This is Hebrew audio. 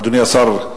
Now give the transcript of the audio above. אדוני השר,